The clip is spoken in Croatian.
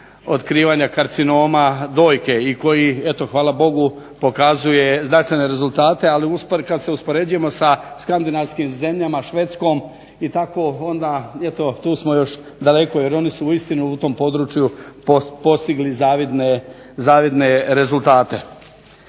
otkrivanja karcinoma dojke, i koji eto hvala Bogu pokazuje značajne rezultate, ali kad se uspoređujemo sa skandinavskim zemljama Švedskom i tako onda eto tu smo još daleko, jer oni su uistinu u tom području postigli zavidne rezultate.